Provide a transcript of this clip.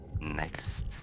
next